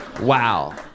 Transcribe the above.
Wow